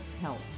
help